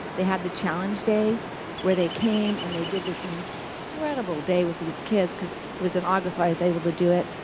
they had the challenge day where they came and they did this and incredible day with these kids because it was in august so i was able to do it.